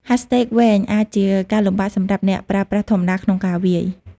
hashtag វែងអាចជាការលំបាកសម្រាប់អ្នកប្រើប្រាស់ធម្មតាក្នុងការវាយ។